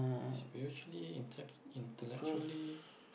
spiritually inte~ intellectually